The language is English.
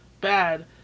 bad